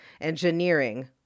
engineering